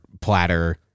platter